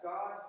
God